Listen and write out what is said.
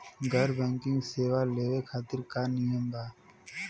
गैर बैंकिंग सेवा लेवे खातिर का नियम बा?